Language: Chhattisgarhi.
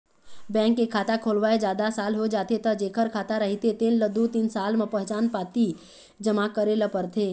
बैंक के खाता खोलवाए जादा साल हो जाथे त जेखर खाता रहिथे तेन ल दू तीन साल म पहचान पाती जमा करे ल परथे